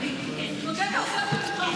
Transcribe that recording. אני אשמה, מודה ועוזב ירוחם.